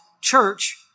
church